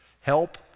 Help